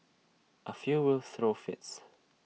A few will throw fits